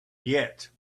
yet